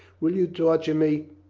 will you torture me?